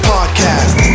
Podcast